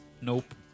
Nope